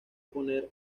poner